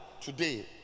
today